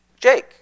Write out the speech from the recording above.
Jake